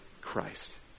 Christ